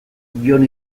jon